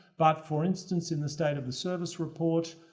but for instance in the state of the service report,